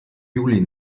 juli